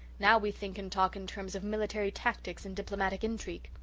now, we think and talk in terms of military tactics and diplomatic intrigue.